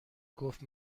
گفت